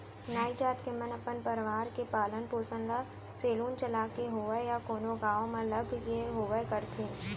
नाई जात के मन अपन परवार के पालन पोसन ल सेलून चलाके होवय या कोनो गाँव म लग के होवय करथे